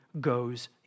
goes